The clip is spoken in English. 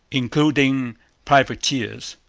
including privateers.